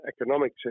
economic